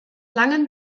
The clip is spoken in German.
langen